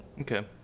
Okay